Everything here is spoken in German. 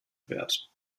wert